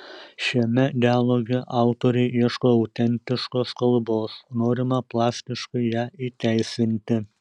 šiame dialoge autoriai ieško autentiškos kalbos norima plastiškai ją įteisinti